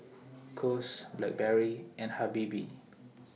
Kose Blackberry and Habibie